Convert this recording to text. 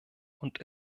und